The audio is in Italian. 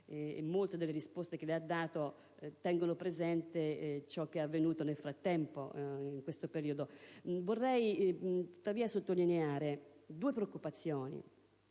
molte delle risposte date tengono presente ciò che è avvenuto nel frattempo. Vorrei tuttavia sottolineare due preoccupazioni.